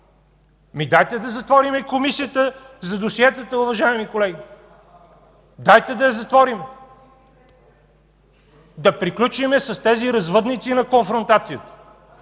Дайте да затворим Комисията за досиетата, уважаеми колеги! Дайте да я затворим! (Реплики.) Да приключим с тези развъдници на конфронтацията,